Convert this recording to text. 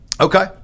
Okay